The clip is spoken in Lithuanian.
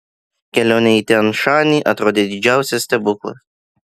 kelionė į tian šanį atrodė didžiausias stebuklas